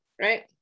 right